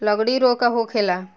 लगड़ी रोग का होखेला?